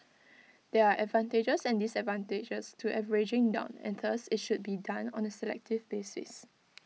there are advantages and disadvantages to averaging down and thus IT should be done on A selective basis